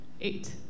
Eight